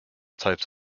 types